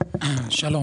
שלום.